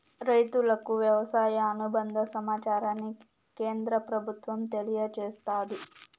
రైతులకు వ్యవసాయ అనుబంద సమాచారాన్ని కేంద్ర ప్రభుత్వం తెలియచేస్తాది